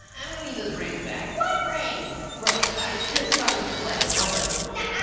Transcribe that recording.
i'm gonna need those rings back. what rings? well, i just saw you collect a bunch of em. nuh ah,